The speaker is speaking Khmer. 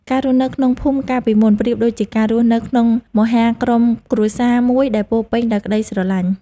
ការរស់នៅក្នុងភូមិកាលពីមុន ប្រៀបដូចជាការរស់នៅក្នុងមហាក្រុមគ្រួសារមួយដែលពោរពេញដោយក្តីស្រឡាញ់។